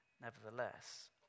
Nevertheless